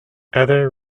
other